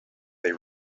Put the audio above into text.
they